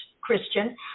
Christian